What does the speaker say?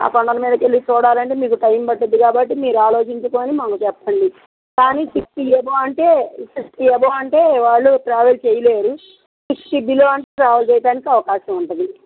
ఆ కొండల మీదకు వెళ్ళి చూడాలి అంటే మీకు టైమ్ పడుతుంది కాబట్టి మీరు ఆలోచించుకొని మాకు చెప్పండి కానీ సిక్స్టీ అబోవ్ అంటే సిక్స్టీ అబోవ్ అంటే వాళ్ళు ట్రావెల్ చేయ్యలేరు సిక్స్టీ బిలో అంటే ట్రావెల్ చేయడానికి అవకాశం ఉంటుంది